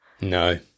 No